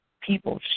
people